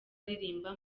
aririmba